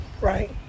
right